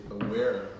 aware